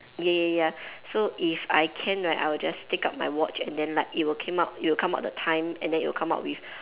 ya ya ya so if I can right I will just take out my watch and then like it will came out it will come out the time and then it will come out with